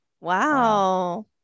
Wow